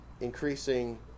increasing